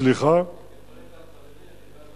אני חולק על חברי, אני בעד הרכבת.